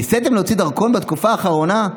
ניסתם להוציא דרכון בתקופה האחרונה?